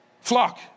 Flock